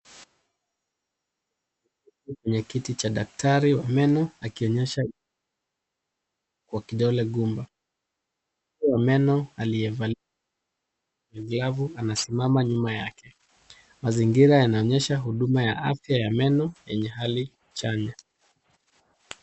Kwenye kiti cha daktari wa meno akionyesh kwa kidole gumba. Daktari wa meno aliyevalia globu anasimama nyuma yake. Mazingira yanaonyesha huduma ya afya ya meno yenye hali chanya.